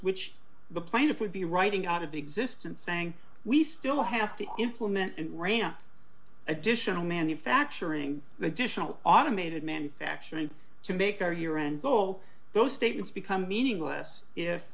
which the plaintiff would be writing out of existence saying we still have to implement and ramp additional manufacturing additional automated manufacturing to make our year end goal those statements become meaningless if